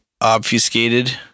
obfuscated